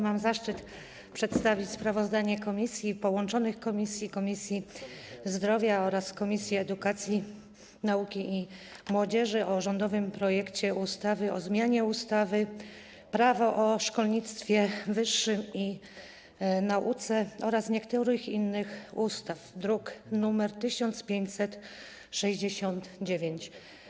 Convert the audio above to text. Mam zaszczyt przedstawić sprawozdanie połączonych Komisji: Zdrowia oraz Edukacji, Nauki i Młodzieży o rządowym projekcie ustawy o zmianie ustawy - Prawo o szkolnictwie wyższym i nauce oraz niektórych innych ustaw, druk nr 1569.